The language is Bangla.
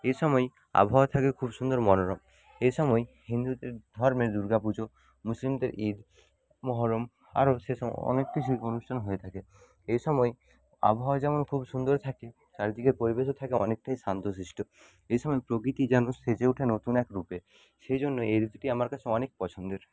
এই সময় আবহাওয়া থাকে খুব সুন্দর মনোরম এই সময় হিন্দু ধর্মের দুর্গাপুজো মুসলিমদের ঈদ মহরম আরও সেসব অনেক কিছু অনুষ্ঠান হয়ে থাকে এই সময় আবহাওয়া যেমন খুব সুন্দর থাকে চারিদিকে পরিবেশও থাকে অনেকটাই শান্তশিষ্ট এই সময় প্রকৃতি যেন সেজে ওঠে নতুন এক রূপে সেই জন্য এই ঋতুটি আমার কাছে অনেক পছন্দের